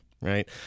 right